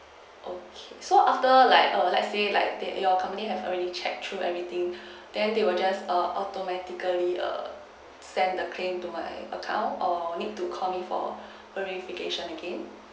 okay so after like err let's say like they your company has already check through everything then they will just automatically err send the claim to my account or need to call me for verification again